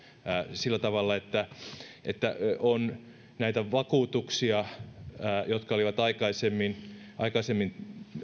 sillä tavalla että että vakuutuksia jotka olivat aikaisemmin aikaisemmin